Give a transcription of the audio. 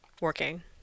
working